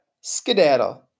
Skedaddle